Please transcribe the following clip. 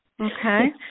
Okay